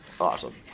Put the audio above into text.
Awesome